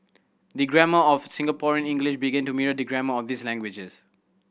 the grammar of Singaporean English begin to mirror the grammar of these languages